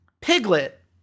Piglet